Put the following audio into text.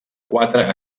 quatre